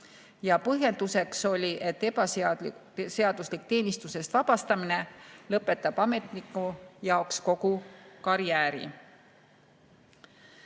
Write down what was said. Põhjendus oli, et ebaseaduslik teenistusest vabastamine lõpetab ametniku jaoks kogu karjääri.